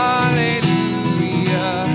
Hallelujah